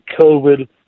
covid